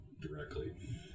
directly